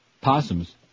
Possums